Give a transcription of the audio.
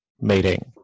meeting